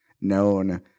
known